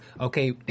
okay